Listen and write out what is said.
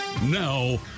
Now